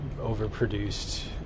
overproduced